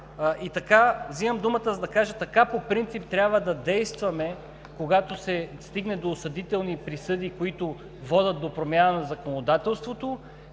подкрепа. Взимам думата, за да кажа: така по принцип, трябва да действаме, когато се стигне до осъдителни присъди, които водят до промяна на законодателството,